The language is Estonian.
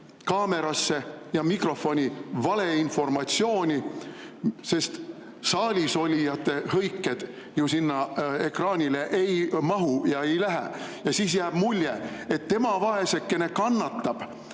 kaamerasse ja mikrofoni valeinformatsiooni, sest saalis olijate hõiked ju sinna ekraanile ei mahu ja ei lähe. Ja siis jääb mulje, et tema vaesekene kannatab